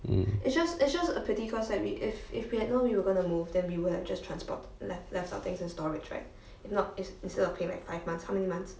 mm